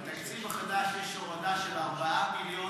בתקציב החדש יש הורדה של 4 מיליון